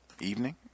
evening